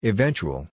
Eventual